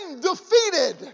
defeated